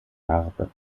narbe